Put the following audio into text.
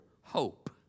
hope